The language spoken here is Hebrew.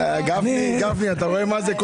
גפני, אתה רואה מה זה?